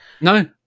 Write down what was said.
No